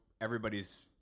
Everybody's